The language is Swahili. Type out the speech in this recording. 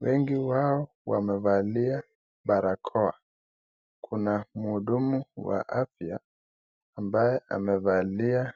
Wengi wao wamevalia barakoa. Kuna mhudumu wa afya ambaye amevalia